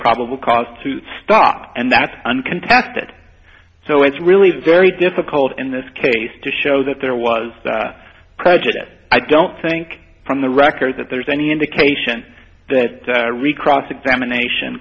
probable cause to stop and that's uncontested so it's really very difficult in this case to show that there was prejudice i don't think from the record that there's any indication that recross examination